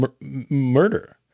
murder